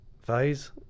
phase